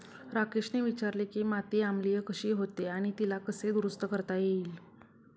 राकेशने विचारले की माती आम्लीय कशी होते आणि तिला कसे दुरुस्त करता येईल?